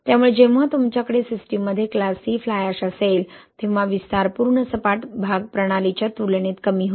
त्यामुळे जेव्हा तुमच्याकडे सिस्टीममध्ये क्लास C फ्लाय अॅश असेल तेव्हा विस्तार पूर्ण सपाट प्रदेश प्रणालीच्या तुलनेत कमी होता